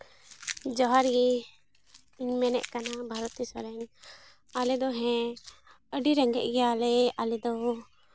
ᱡᱚᱦᱟᱨ ᱜᱮ ᱤᱧ ᱢᱮᱱᱮᱫ ᱠᱟᱱᱟ ᱵᱷᱟᱨᱚᱛᱤ ᱥᱚᱨᱮᱱ ᱟᱞᱮ ᱫᱚ ᱦᱮᱸ ᱟᱹᱰᱤ ᱨᱮᱸᱜᱮᱡ ᱜᱮᱭᱟᱞᱮ ᱟᱞᱮ ᱫᱚ